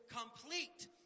complete